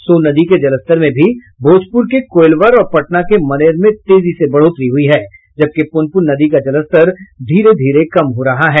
सोन नदी के जलस्तर में भी भोजपुर के कोईलवर और पटना के मनेर में तेजी से बढ़ोतरी हुई है जबकि पुनपुन नदी का जलस्तर धीरे धीरे कम हो रहा है